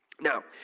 Now